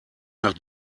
nach